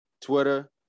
Twitter